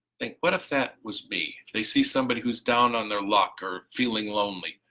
think what if that was me they see somebody who's down on their luck or feeling lonely,